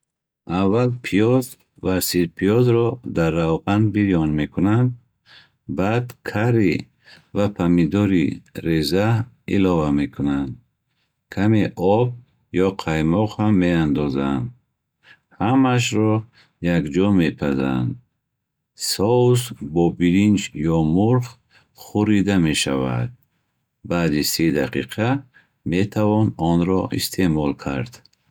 Аввал пиёз ва сирпиёзро дар равған бирён мекунанд. Баъд карри ва помидори реза илова мекунанд. Каме об ё қаймоқ ҳам меандозанд. Ҳамаашро якҷо мепазанд. Соус бо биринҷ ё мурғ хӯрида мешавад. Баъди си дақиқа метавон онро истеъмол кард.